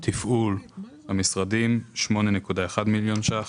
תפעול המשרדים 8.1 מיליון ₪.